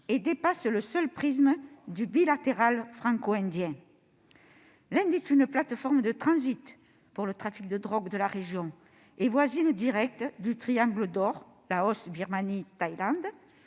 Il dépasse donc le seul prisme bilatéral franco-indien. L'Inde est une plateforme de transit pour le trafic de drogue de la région et une voisine directe du triangle d'or- Laos, Birmanie, Thaïlande